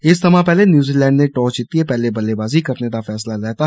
इस थमां पैहले न्यूजीलैंड ने टॉस जतियै पैहलें बल्लेबाजी करने दा फैसला लेता